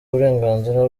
uburenganzira